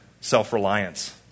self-reliance